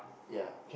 ya